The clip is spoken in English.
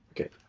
Okay